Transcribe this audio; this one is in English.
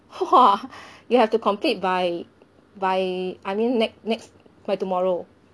!whoa! you have to complete by by I mean ne~ next by tomorrow